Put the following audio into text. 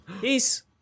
Peace